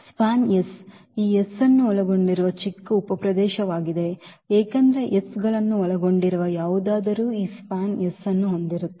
SPAN ಈ S ಅನ್ನು ಒಳಗೊಂಡಿರುವ ಚಿಕ್ಕ ಉಪಪ್ರದೇಶವಾಗಿದೆ ಏಕೆಂದರೆ S ಗಳನ್ನು ಒಳಗೊಂಡಿರುವ ಯಾವುದಾದರೂ ಈ SPAN ಅನ್ನು ಹೊಂದಿರುತ್ತದೆ